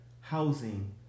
housing